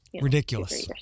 Ridiculous